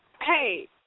Hey